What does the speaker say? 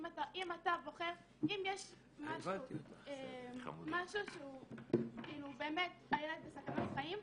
אם יש משהו שהיה באמת סכנה לחיים,